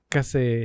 Kasi